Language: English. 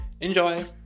Enjoy